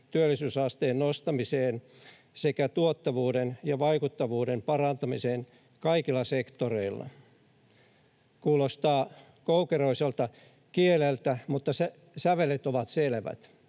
työllisyysasteen nostamiseen sekä tuottavuuden ja vaikuttavuuden parantamiseen kaikilla sektoreilla.” Kuulostaa koukeroiselta kieleltä, mutta sävelet ovat selvät.